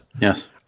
Yes